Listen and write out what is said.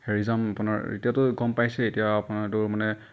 হেৰি যাম আপোনাৰ এতিয়াতো গম পাইছেই এতিয়া আপোনৰতো মানে